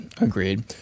agreed